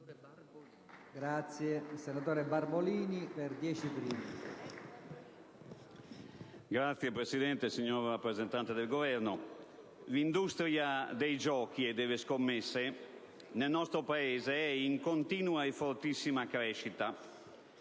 Signor Presidente, signor rappresentante del Governo, l'industria dei giochi e delle scommesse è in continua e fortissima crescita